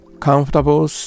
Comfortable